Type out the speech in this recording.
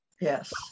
Yes